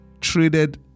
traded